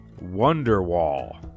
Wonderwall